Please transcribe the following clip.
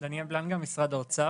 אני דניאל בלנגה, ממשרד האוצר.